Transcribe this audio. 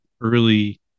early